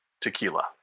tequila